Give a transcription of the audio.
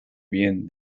bien